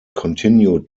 continued